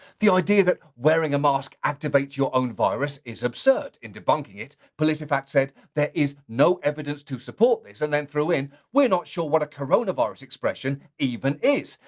the idea that wearing a mask activates your own virus, is absurd. in debunking it, politifact said, there is no evidence to support this. and then threw in, we're not sure what a coronavirus expression even is.